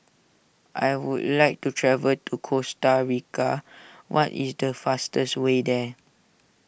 I would like to travel to Costa Rica what is the fastest way there